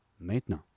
maintenant